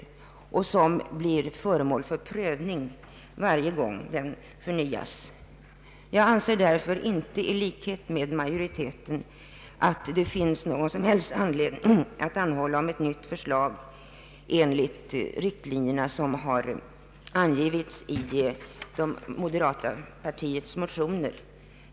Denna överenskommelse blir föremål för prövning varje gång den förnyas. Liksom majoriteten anser jag därför inte att det finns någon som helst anledning att begära ett nytt förslag enligt de riktlinjer som har angivits i det moderata partiets motioner.